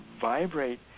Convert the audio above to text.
vibrate